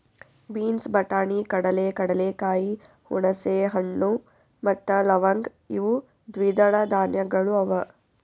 beans, ಬಟಾಣಿ, ಕಡಲೆ, ಕಡಲೆಕಾಯಿ, ಹುಣಸೆ ಹಣ್ಣು ಮತ್ತ ಲವಂಗ್ ಇವು ದ್ವಿದಳ ಧಾನ್ಯಗಳು ಅವಾ